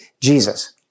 Jesus